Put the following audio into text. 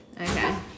okay